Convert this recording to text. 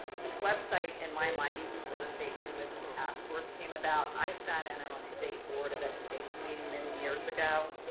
this website, in my mind, even before the state transition task force came about, i sat in an a state board of education meeting many years ago.